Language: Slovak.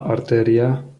artéria